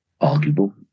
arguable